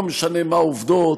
לא משנה מה העובדות,